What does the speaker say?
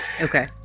Okay